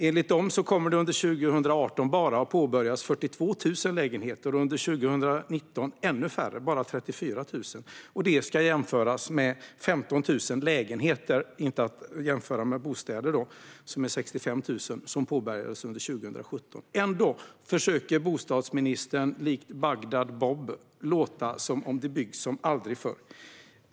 Enligt dem kommer det under 2018 bara att ha påbörjats 42 000 lägenheter och under 2019 ännu färre - bara 34 000. Detta ska jämföras med 51 000 lägenheter - inte att förväxla med bostäder som alltså är 65 000 till antalet - som påbörjades under 2017. Ändå försöker bostadsministern likt Bagdad Bob att låta som om det byggs som aldrig förr.